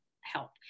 help